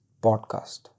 podcast